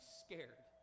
scared